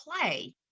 play